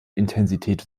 intensität